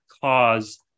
cause